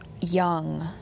young